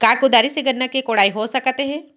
का कुदारी से गन्ना के कोड़ाई हो सकत हे?